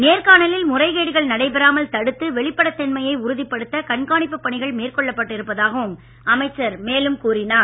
நேர்காணலில் முறைகேடுகள் நடைபெறாமல் தடுத்து வெளிப்படைத் தன்மையை உறுதிப்படுத்த கண்காணிப்புப் பணிகள் மேற்கொள்ளப்பட்டு இருப்பதாகவும் அமைச்சர் மேலும் கூறினார்